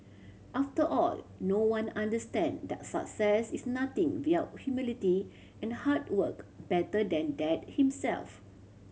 after all no one understand that success is nothing without humility and hard work better than Dad himself